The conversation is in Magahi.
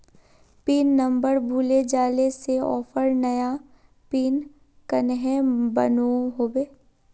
पिन नंबर भूले जाले से ऑफर नया पिन कन्हे बनो होबे?